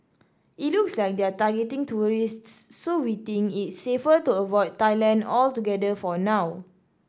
it looks like they're targeting tourists so we think it's safer to avoid Thailand altogether for now